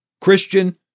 Christian